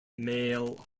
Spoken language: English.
male